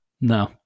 No